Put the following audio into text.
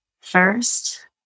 First